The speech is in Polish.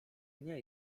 nie